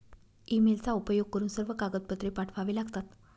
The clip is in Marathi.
ईमेलचा उपयोग करून सर्व कागदपत्रे पाठवावे लागतात